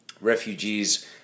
Refugees